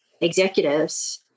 executives